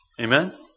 Amen